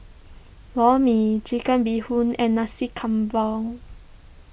Lor Mee Chicken Bee Hoon and Nasi Campur